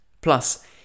Plus